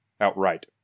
outright